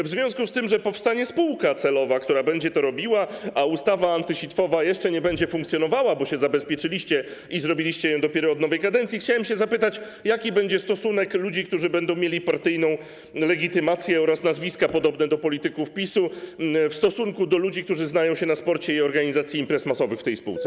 W związku z tym, że powstanie spółka celowa, która będzie to robiła, a ustawa antysitwowa jeszcze nie będzie funkcjonowała, bo się zabezpieczyliście i zrobiliście ją dopiero od nowej kadencji, chciałem się zapytać, jaki będzie stosunek ludzi, którzy będą mieli partyjną legitymację oraz nazwiska podobne do nazwisk polityków PiS-u, jaki będzie stosunek tych ludzi do ludzi, którzy znają się na sporcie i organizacji imprez masowych w tej spółce.